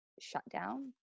shutdown